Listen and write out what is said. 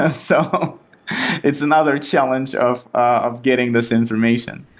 ah so it's another challenge of of getting this information.